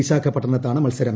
വിശാഖ പട്ടണത്താണ് മത്സരം